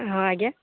ହଁ ଆଜ୍ଞା